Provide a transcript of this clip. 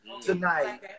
tonight